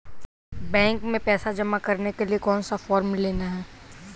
Bank में पैसा जमा करने के लिए कौन सा फॉर्म लेना है?